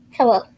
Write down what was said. Hello